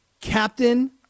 Captain